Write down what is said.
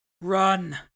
Run